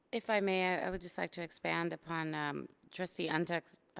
if i may i would just like to expand upon ah um trustee and ntuk's